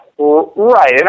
Right